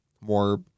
more